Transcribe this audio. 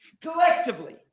collectively